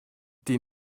die